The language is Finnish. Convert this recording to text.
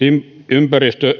ympäristö